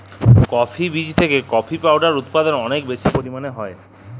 coffee বীজ থেকে coffee powder উদপাদল অলেক বেশি পরিমালে হ্যয়